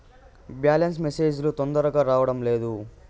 Balance message లు తొందరగా రావడం లేదు?